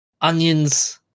onions